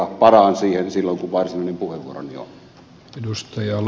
palaan siihen silloin kun varsinainen puheenvuoroni on